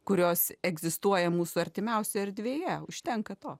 kurios egzistuoja mūsų artimiausioj erdvėje užtenka to